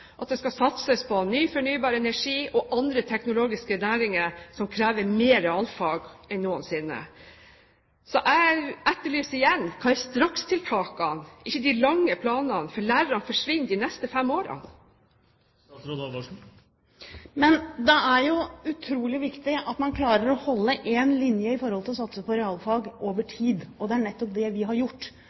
at det skal satses på ny fornybar energi og andre teknologiske næringer som krever mer realfag enn noensinne. Jeg etterlyser igjen: Hva er strakstiltakene? Jeg mener ikke de lange planene, for lærere forsvinner de neste fem årene. Det er utrolig viktig at man klarer å holde en linje i satsingen på realfag over tid, og det er nettopp det vi har gjort.